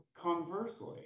conversely